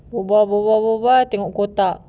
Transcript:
berbual berbual berbual tengok kotak